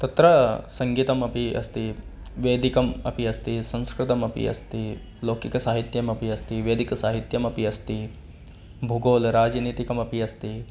तत्र सङ्गीतम् अपि अस्ति वैदिकम् अपि अस्ति संस्कृतम् अपि अस्ति लौकिकसाहित्यम् अपि अस्ति वैदिकसाहित्यम् अपि अस्ति भूगोलराजनैतिकमपि अस्ति